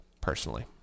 personally